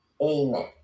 Amen